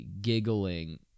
giggling